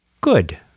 Good